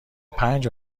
پنج